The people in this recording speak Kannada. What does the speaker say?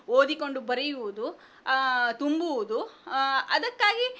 ಓದಿಕೊಂಡು ಬರೆಯುವುದು ತುಂಬುವುದು ಅದಕ್ಕಾಗಿ